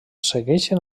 segueixen